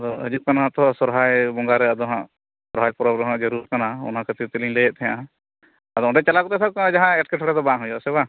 ᱟᱫᱚ ᱦᱤᱡᱩᱜ ᱠᱟᱱᱟ ᱛᱚ ᱦᱟᱸᱜ ᱥᱚᱨᱦᱟᱭ ᱵᱚᱸᱜᱟᱨᱮ ᱟᱫᱚ ᱦᱟᱸᱜ ᱥᱚᱦᱨᱟᱭ ᱯᱚᱨᱚᱵᱽ ᱨᱮᱦᱚᱸ ᱡᱟᱹᱨᱩᱲ ᱠᱟᱱᱟ ᱚᱱᱟ ᱠᱷᱟᱹᱛᱤᱨ ᱛᱤᱞᱤᱧ ᱞᱟᱹᱭᱮᱫ ᱛᱟᱦᱮᱱᱟ ᱟᱫᱚ ᱚᱸᱰᱮ ᱪᱟᱞᱟᱣ ᱠᱟᱛᱮᱫ ᱥᱟᱵ ᱠᱟᱜᱢᱮ ᱡᱟᱦᱟᱸ ᱮᱴᱠᱮ ᱴᱚᱬᱮ ᱫᱚ ᱵᱟᱝ ᱦᱩᱭᱩᱜᱼᱟ ᱥᱮᱵᱟᱝ